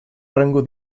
rango